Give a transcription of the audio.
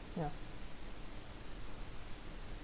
ya